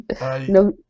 No